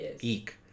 Eek